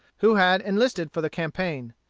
who had enlisted for the campaign.